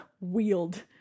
Wield